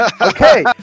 Okay